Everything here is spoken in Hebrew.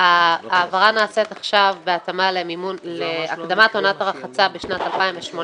ההעברה נעשית עכשיו בהתאמה להקדמת עונת הרחצה בשנת 2018,